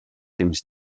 temps